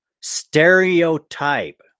Stereotype